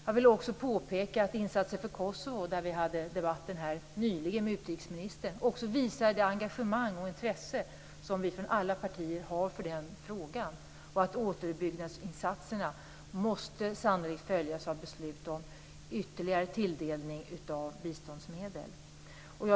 Jag vill också påpeka att insatserna för Kosovo, som vi nyligen debatterade här med utrikesministern, visar på det engagemang och intresse som vi från alla partier har i frågan. Återuppbyggnadsinsatserna måste sannolikt följas av beslut om ytterligare tilldelning av biståndsmedel.